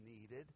needed